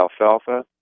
alfalfa